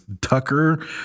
tucker